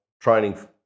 training